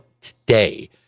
today